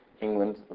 England